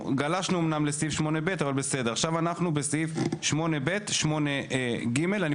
המדע והטכנולוגיה אורית פרקש הכהן: אופיר,